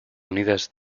unidas